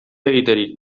egiterik